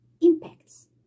impacts